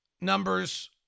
numbers